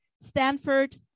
Stanford